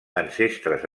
ancestres